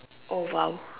!wow!